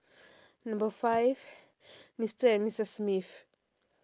number five mister and missus smith